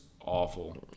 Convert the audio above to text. awful